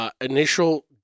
initial